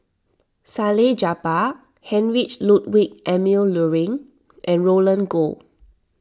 Salleh Japar Heinrich Ludwig Emil Luering and Roland Goh